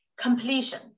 Completion